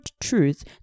truth